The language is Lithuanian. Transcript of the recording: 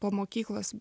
po mokyklos